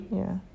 yeah